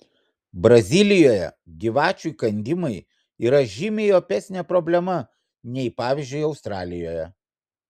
brazilijoje gyvačių įkandimai yra žymiai opesnė problema nei pavyzdžiui australijoje